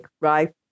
right